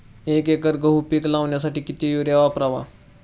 एक एकर गहू पीक लावण्यासाठी किती युरिया वापरावा?